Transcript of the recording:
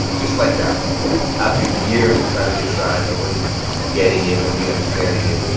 just like that. i was like, what? after years of trying to get signed, nobody getting it, nobody understanding it,